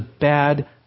bad